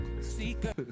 seeker